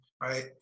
right